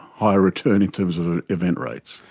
higher return in terms of event rates.